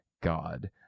God